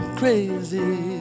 crazy